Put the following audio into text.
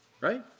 Right